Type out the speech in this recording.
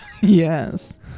Yes